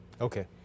Okay